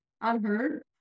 unheard